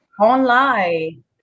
online